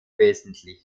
wesentlich